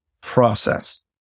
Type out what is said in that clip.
process